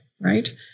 right